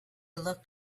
looked